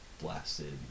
blasted